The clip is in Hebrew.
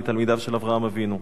מתלמידיו של אברהם אבינו,